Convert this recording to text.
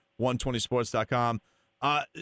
120sports.com